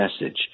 message